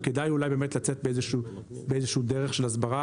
וכדאי אולי באמת לצאת באיזה שהיא דרך של הסברה.